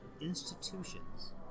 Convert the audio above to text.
institutions